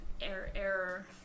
error